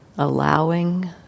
Allowing